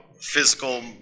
physical